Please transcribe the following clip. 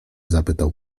zapytał